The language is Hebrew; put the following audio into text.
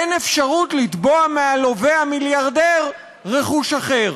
אין אפשרות לתבוע מהלווה המיליארדר רכוש אחר.